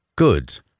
Goods